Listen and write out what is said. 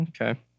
Okay